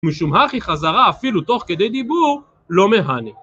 משום הכי חזרה אפילו תוך כדי דיבור, לא מהני